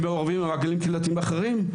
הם מעורבים עם מעגלים קהילתיים אחרים.